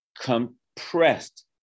compressed